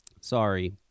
Sorry